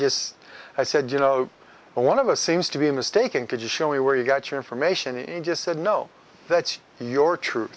just said you know and one of us seems to be mistaken could you show me where you got your information in just said no that's your tru